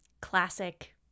classic